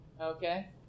Okay